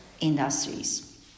industries